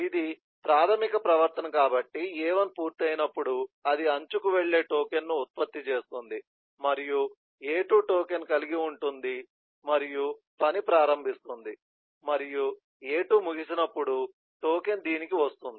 ఇది ప్రాథమిక ప్రవర్తన కాబట్టి A1 పూర్తయినప్పుడు అది అంచుకు వెళ్ళే టోకెన్ను ఉత్పత్తి చేస్తుంది మరియు A2 టోకెన్ కలిగి ఉంటుంది మరియు పని ప్రారంభిస్తుంది మరియు A2 ముగిసినప్పుడు టోకెన్ దీనికి వస్తుంది